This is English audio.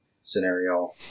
scenario